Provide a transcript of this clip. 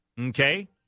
okay